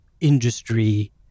industry